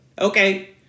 Okay